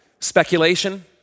Speculation